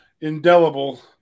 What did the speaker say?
indelible